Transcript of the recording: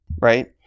right